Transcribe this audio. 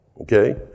Okay